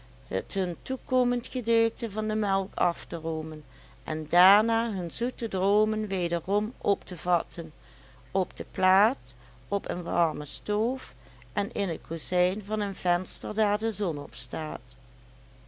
het hun toekomend gedeelte van de melk af te roomen en daarna hun zoete droomen wederom op te vatten op de plaat op een warme stoof en in t kozijn van een venster daar de zon